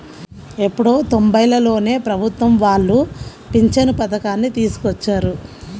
ఎప్పుడో తొంబైలలోనే ప్రభుత్వం వాళ్ళు పింఛను పథకాన్ని తీసుకొచ్చారు